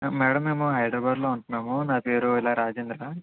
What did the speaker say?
madam మేము హైదరాబాద్లో ఉంటున్నాము నా పేరు ఇలా రాజేంద్ర